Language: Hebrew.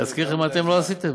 להזכיר לכם מה אתם לא עשיתם?